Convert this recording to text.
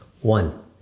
One